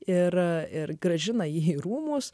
ir grąžina jį į rūmus